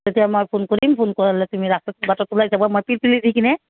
তেতিয়া মই ফোন কৰিম ফোন কৰা হ'লে তুমি ৰাস্তাত বাটত ওলাই যাবা মই পিলপিলি দি কিনে